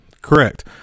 Correct